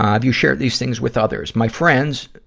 have you shared these things with others? my friends,